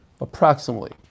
approximately